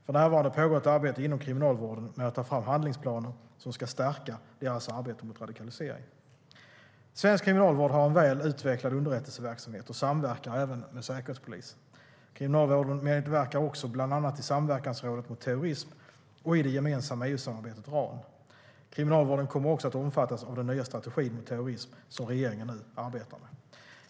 För närvarande pågår ett arbete inom Kriminalvården med att ta fram handlingsplaner som ska stärka deras arbete mot radikalisering. Svensk kriminalvård har en väl utvecklad underrättelseverksamhet och samverkar även med Säkerhetspolisen. Kriminalvården medverkar också bland annat i Samverkansrådet mot terrorism och i det gemensamma EU-samarbetet RAN. Kriminalvården kommer också att omfattas av den nya strategi mot terrorism som regeringen nu arbetar med.